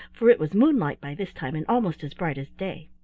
for it was moonlight by this time and almost as bright as day.